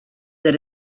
that